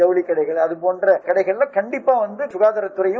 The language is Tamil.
ஜவுளி கடைகள் அதுபோன்ற கடைகளில் கண்டிப்பாக சுகாதாத் துறையும்